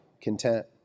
content